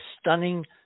stunning